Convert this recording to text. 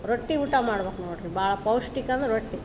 ರೊಟ್ಟಿ ಊಟ ಮಾಡ್ಬೇಕ್ ನೋಡಿರಿ ಭಾಳ ಪೌಷ್ಟಿಕ ಅಂದ್ರೆ ರೊಟ್ಟಿ